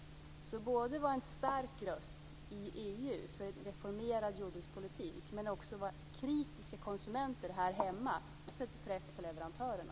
Vi vill både vara en stark röst för en reformerad jordbrukspolitik inom EU och som kritiska konsumenter här hemma sätta press på leverantörerna.